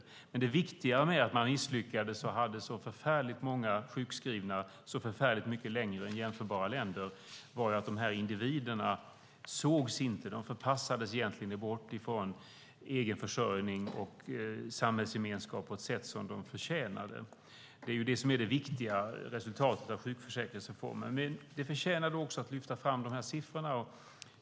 Resultatet av att Socialdemokraterna misslyckades och att vi hade så många sjukskrivna så förfärligt mycket längre än i jämförbara länder var att individerna inte syntes. De förpassades bort från egen försörjning och samhällsgemenskap på ett sätt som de inte förtjänade. Det var viktigt med sjukförsäkringsreformen. Det förtjänar också att lyfta fram siffrorna.